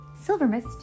Silvermist